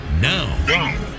now